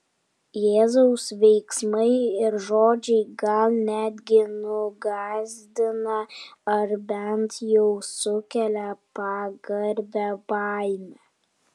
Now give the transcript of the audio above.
jėzaus veiksmai ir žodžiai gal netgi nugąsdina ar bent jau sukelia pagarbią baimę